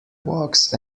walks